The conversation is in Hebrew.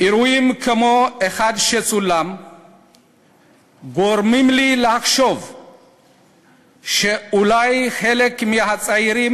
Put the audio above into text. אירועים כמו האחד שצולם גורמים לי לחשוב שאולי חלק מהצעירים